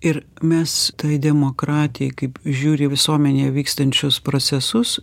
ir mes tai demokratijai kaip žiūri į visuomenėje vykstančius procesus